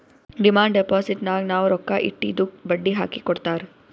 demand ಡಿಪೋಸಿಟ್ನಾಗ್ ನಾವ್ ರೊಕ್ಕಾ ಇಟ್ಟಿದ್ದುಕ್ ಬಡ್ಡಿ ಹಾಕಿ ಕೊಡ್ತಾರ್